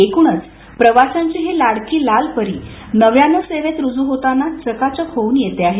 एकुणच प्रवाशांची ही लाडकी लालपरी नव्यानं सेवेत रुजू होताना चकाचक होऊन येते आहे